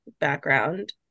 background